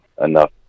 enough